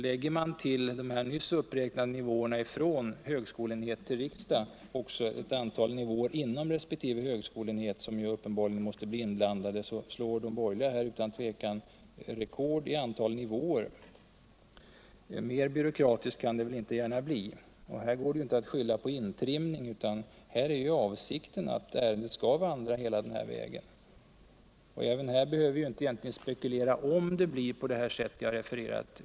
Lägger man tull nyss uppräknade nivåer från högskoleenhet tll riksdag också ett antal nivåer inom respektive högskoleenhet. som uppenbarligen måste bli inblandade. så slår de borgerliga här utan tvivel rekord i antal nivåer. Mer byråkratiskt kan det väl inte gärna bli. Och här går det inte att skylla på intrimning. Här är ju avsikten att ärendet skall vandra hela vägen. Hiär behöver vi inte heller spekulera om det blir på det sätt jag refererat.